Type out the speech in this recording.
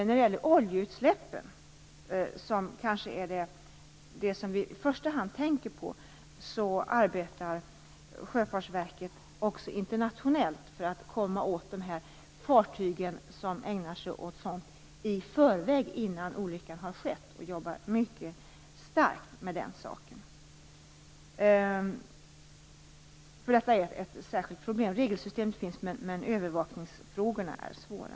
När det gäller oljeutsläppen, som kanske är det som vi i första hand tänker på, arbetar Sjöfartsverket också internationellt för att komma åt de fartyg som ägnar sig åt sådant i förväg, innan olyckan har skett, och jobbar mycket starkt med den saken. Detta är ett särskilt problem. Regelsystemet finns men övervakningsfrågorna är svåra.